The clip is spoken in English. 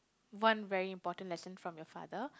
one very important lesson from your father